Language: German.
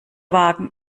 wagen